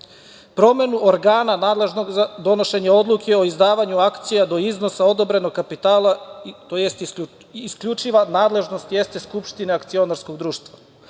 promenu organa nadležnog za donošenje odluke o izdavanju akcija do iznosa odobrenog kapitala, tj. isključiva nadležnost jeste Skupština Akcionarskog društva,